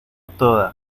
toda